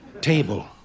Table